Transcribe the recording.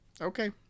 Okay